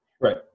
Right